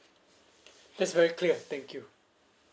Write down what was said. that's very clear thank you